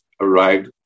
arrived